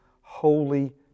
holy